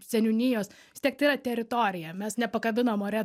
seniūnijos vis tiek tai yra teritorija mes nepakabinam ore